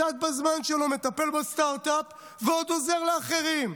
בזמן שלו קצת מטפל בסטרטאפ, ועוד עוזר לאחרים.